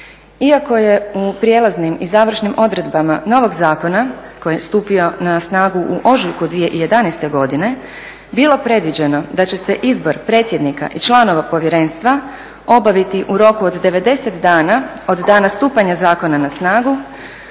Iako je u prijelaznim i završnim odredbama novog zakona koji je stupio na snagu u ožujku 2011. godine bilo predviđeno da će se izbor predsjednika i članova povjerenstva obaviti u roku od 90 dana od dana stupanja zakona na snagu,